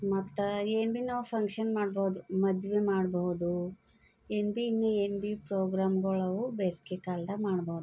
ಮತ್ತು ಏನು ಬಿ ನಾವು ಫಂಕ್ಷನ್ ಮಾಡ್ಬೋದು ಮದುವೆ ಮಾಡಬಹುದು ಏನು ಬಿ ಇನ್ನು ಏನು ಬಿ ಪ್ರೋಗ್ರಾಮ್ಗಳು ಅವು ಬೇಸ್ಗೆ ಕಾಲ್ದಾಗ ಮಾಡ್ಬೋದು